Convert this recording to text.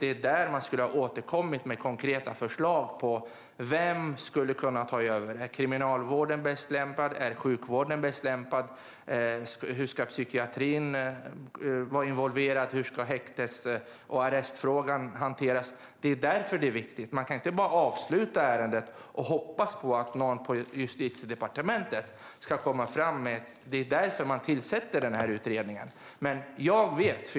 Det var där man skulle ha återkommit med konkreta förslag på vem som skulle kunna ta över. Är Kriminalvården bäst lämpad, är sjukvården bäst lämpad, ska psykiatrin vara involverad och hur ska häktes och arrestfrågan hanteras? Det är därför det är viktigt. Man kan inte bara avsluta ärendet och hoppas att någon på Justitiedepartementet ska komma framåt med detta. Det är därför man tillsätter en utredning.